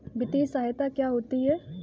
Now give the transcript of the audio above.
वित्तीय सहायता क्या होती है?